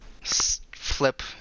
flip